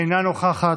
אינה נוכחת,